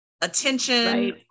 attention